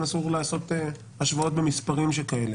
אסור לעשות השוואות במספרים שכאלה,